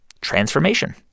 Transformation